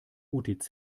utz